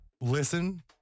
listen